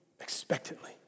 expectantly